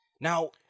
Now